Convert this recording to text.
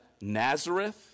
Nazareth